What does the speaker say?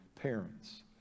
parents